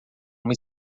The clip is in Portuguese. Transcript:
uma